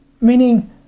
meaning